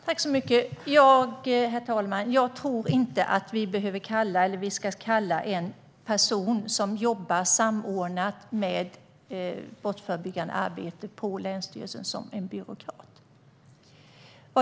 Herr talman! Jag tror inte att vi behöver kalla en person som jobbar med att samordna det brottsförebyggande arbetet på länsstyrelsen en byråkrat.